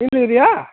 malaria